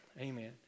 Amen